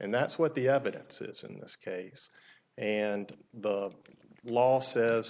and that's what the evidence is in this case and the law says